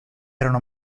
erano